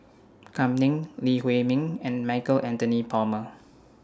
Kam Ning Lee Huei Min and Michael Anthony Palmer